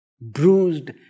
bruised